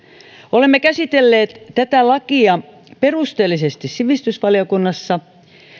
olemme käsitelleet tätä lakia perusteellisesti sivistysvaliokunnassa